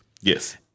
Yes